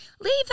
Leave